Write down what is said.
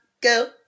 Go